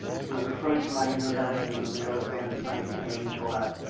he was referring to my intervention in the matter of anne frank and amy bellette,